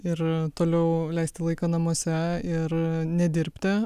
ir toliau leisti laiką namuose ir nedirbti